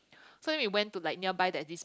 so went to like nearby there's this